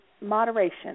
moderation